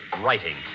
writing